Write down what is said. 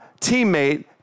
teammate